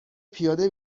پیاده